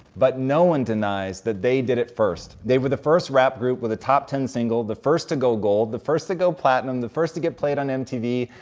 but, no one denies, that they did it first. they were the first rap group with a top ten single, the first to go gold, the first to go platinum, the first to get played on mtv,